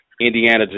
Indiana